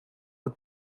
het